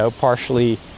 partially